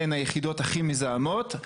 הן היחידות הכי מזהמות.